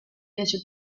fece